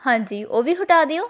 ਹਾਂਜੀ ਉਹ ਵੀ ਹਟਾ ਦਿਓ